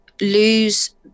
lose